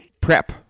Prep